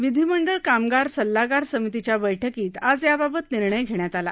विधिमंडळ कामगार सल्लागार समितीच्या बैठकीत आज याबाबत निर्णय घेण्यात आला